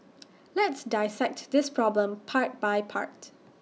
let's dissect this problem part by part